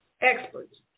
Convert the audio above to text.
experts